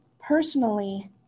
personally